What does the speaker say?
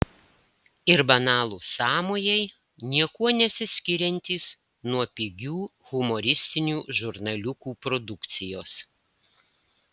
ir banalūs sąmojai niekuo nesiskiriantys nuo pigių humoristinių žurnaliukų produkcijos